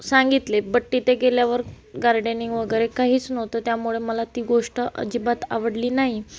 सांगितले बट तिथे गेल्यावर गार्डनिंग वगैरे काहीच नव्हतं त्यामुळं मला ती गोष्ट अजिबात आवडली नाही